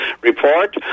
report